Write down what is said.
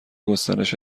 گسترش